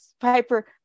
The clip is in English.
piper